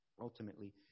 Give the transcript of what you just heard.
ultimately